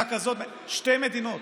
שתי מדינות: